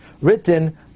written